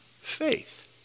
faith